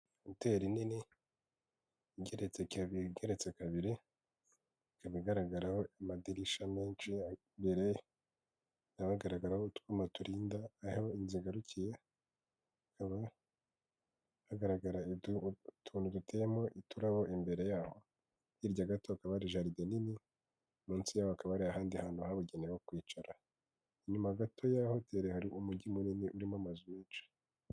Hoteli nini igeretseke ebigereretse kabiri ika bigaragaraho amadirisha menshi ya mbere yabagaragaraho utwuma turinda aho inzu igarukiye ikaba hagaragara utuntu duteyemo iturabo imbere yaho hirya gato akabaja ride nini munsi yakaba handi hantu habugenewe kwicara inyuma gato ya hoteri hari umujyi munini urimo amazu menshi.